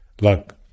look